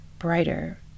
brighter